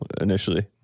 initially